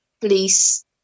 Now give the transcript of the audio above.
police